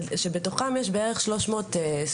שבתוכם יש בערך 300 ספורטאים.